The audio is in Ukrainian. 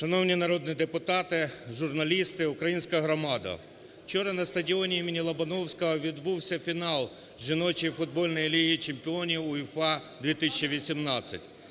Шановні народні депутати, журналісти, українська громадо! Вчора на стадіоні імені Лобановського відбувся фінал жіночої футбольної Ліги чемпіонів УЄФА 2018.